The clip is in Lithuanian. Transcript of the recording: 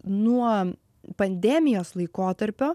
nuo pandemijos laikotarpio